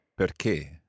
Perché